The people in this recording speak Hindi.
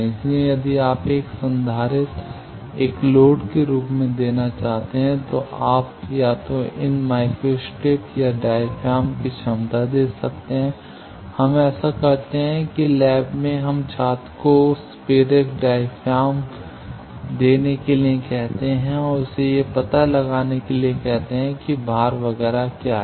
इसलिए यदि आप एक संधारित्र एक लोड के रूप में देना चाहते हैं तो आप या तो इन माइक्रो स्ट्रिप या डायफ्राम की क्षमता दे सकते हैं हम ऐसा करते हैं कि लैब में हम छात्र को उस प्रेरक डायाफ्राम देने के लिए कहते हैं और उसे यह पता लगाने के लिए कहते हैं कि भार वगैरह क्या है